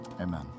Amen